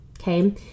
okay